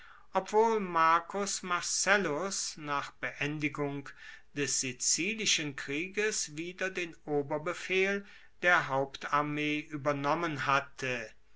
obwohl marcus marcellus nach beendigung des sizilischen krieges wieder den oberbefehl der hauptarmee uebernommen hatte